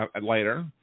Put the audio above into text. later